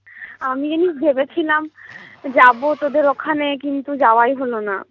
আমি জানিস ভেবেছিলাম যাবো তোদের ওখানে কিন্তু যাওয়াই হলো না